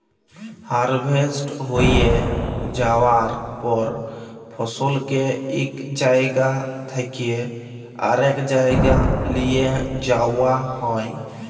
harvest হঁয়ে যাউয়ার পর ফসলকে ইক জাইগা থ্যাইকে আরেক জাইগায় লিঁয়ে যাউয়া হ্যয়